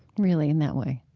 really, in that way?